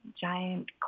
giant